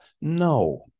No